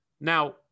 Now